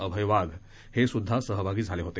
अभय वाघ हे सुद्धा सहभागी झाले होते